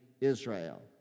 Israel